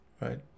Right